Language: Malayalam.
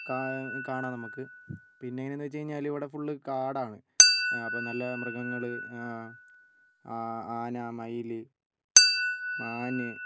കാ കാണാം നമുക്ക് പിന്നെ എങ്ങനെന്ന് വെച്ച് കഴിഞ്ഞാൽ ഇവിടെ ഫുള്ള് കാടാണ് അപ്പം നല്ല മൃഗങ്ങൾ ആ ആന മയിൽ മാൻ